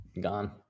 gone